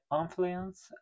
influence